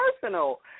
personal